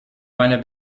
meiner